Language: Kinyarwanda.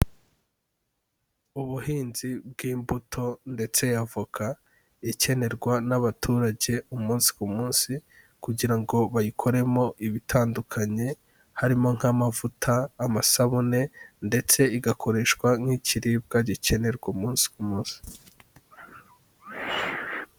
Ubuhinzi bw'imbuto ndetse avoka ikenerwa n'abaturage umunsi ku munsi kugira ngo bayikoremo ibitandukanye, harimo nk'amavuta, amasabune ndetse igakoreshwa nk'ikiribwa gikenerwa umunsi ku munsi.